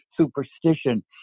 superstition